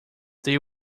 they